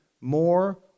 more